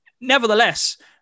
Nevertheless